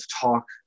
talk